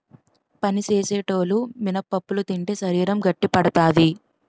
పని సేసేటోలు మినపప్పులు తింటే శరీరం గట్టిపడతాది